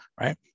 right